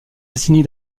décennies